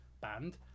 band